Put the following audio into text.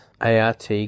ART